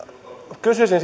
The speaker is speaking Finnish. kysyisin